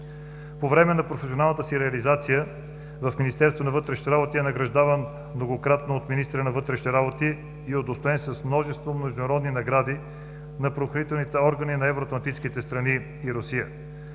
През време на професионалната си реализация в Министерство на вътрешните работи е награждаван многократно от министъра на вътрешните работи и е удостоен с множество международни награди на правоохранителните органи на евроатлантическите страни и Русия,